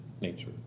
nature